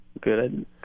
good